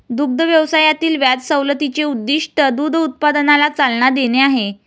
दुग्ध व्यवसायातील व्याज सवलतीचे उद्दीष्ट दूध उत्पादनाला चालना देणे आहे